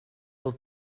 will